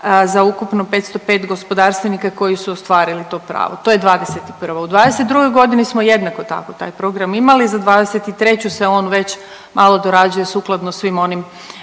za ukupno 505 gospodarstvenika koji su ostvarili to pravo to je '21. U '22.g. smo jednako tako taj program imali za '23. se on već malo dorađuje sukladno svim onim